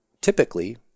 typically